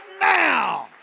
now